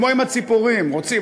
כמו עם הציפורים: רוצים,